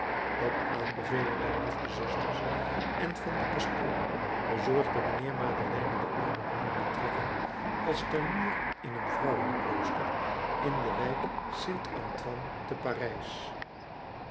op aanbeveling der liefdezusters en van den pastoor bezorgde mijnheer madeleine den ouden man een betrekking als tuinier in een vrouwenklooster in de wijk st antoine te parijs